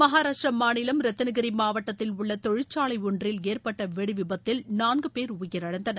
மஹாராஷ்டிரா மாநிலம் ரத்தினகிரி மாவட்டத்தில் உள்ள தொழிற்சாலை ஒன்றில் ஏற்பட்ட வெடி விபத்தில் நான்கு பேர் உயிரிழந்தனர்